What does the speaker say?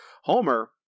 Homer